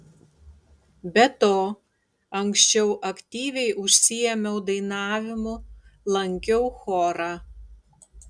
be to anksčiau aktyviai užsiėmiau dainavimu lankiau chorą